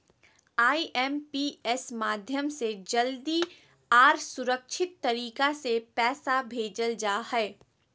IMPS माध्यम से जल्दी आर सुरक्षित तरीका से पैसा भेजल जा हय